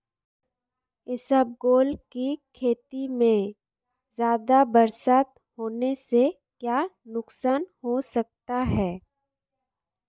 इसबगोल की खेती में ज़्यादा बरसात होने से क्या नुकसान हो सकता है?